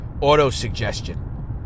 auto-suggestion